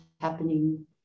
happening